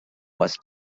was